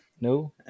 No